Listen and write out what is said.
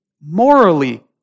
morally